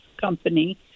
company